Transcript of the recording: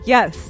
Yes